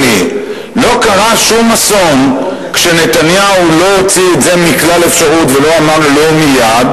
לא קרה שום אסון שנתניהו לא הוציא את זה מכלל אפשרות ולא אמר לא מייד,